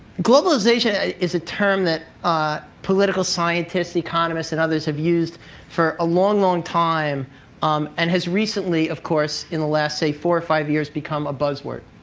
globalization is a term that political scientists, economists, and others have used for a long, long time um and has recently, of course, in the last, say, four or five years, become a buzzword.